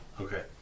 Okay